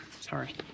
sorry